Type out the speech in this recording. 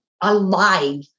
alive